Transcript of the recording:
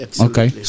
Okay